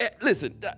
Listen